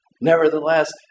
Nevertheless